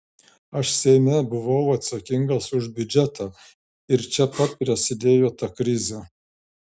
aš seime buvau atsakingas už biudžetą ir čia pat prasidėjo ta krizė